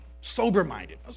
Sober-minded